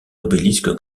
obélisque